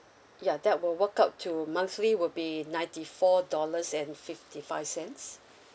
ya that will work out to monthly would be ninety four dollars and fifty five cents